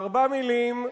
בארבע מלים: